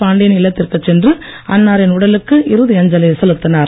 பாண்டியன் இல்லத்திற்குச் சென்று அன்னாரின் உடலுக்கு இறுதி அஞ்சலி செலுத்தினார்